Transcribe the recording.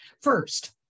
First